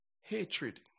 hatred